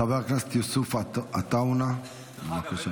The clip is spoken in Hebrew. חבר הכנסת יוסף עטאונה, בבקשה.